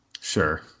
Sure